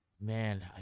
Man